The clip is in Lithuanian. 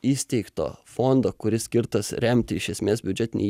įsteigto fondo kuris skirtas remti iš esmės biudžetinei